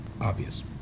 obvious